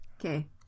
okay